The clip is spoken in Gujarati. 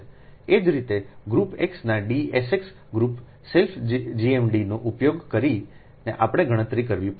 એ જ રીતે ગ્રુપ x ના D sx group self GMD નો ઉપયોગ કરીને આપણે ગણતરી કરવી પડશે